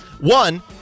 One